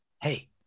Hey